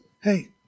hey